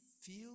feel